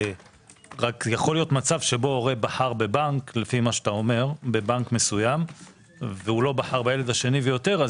יכול להיות מצב שהורה בחר בנק מסוים ולא בחר בילד השני ויותר,